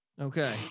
Okay